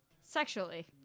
Sexually